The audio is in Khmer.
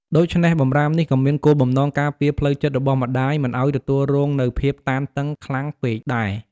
ដូច្នេះ បម្រាមនេះក៏មានគោលបំណងការពារផ្លូវចិត្តរបស់ម្ដាយមិនឲ្យទទួលរងនូវភាពតានតឹងខ្លាំងពេកដែរ។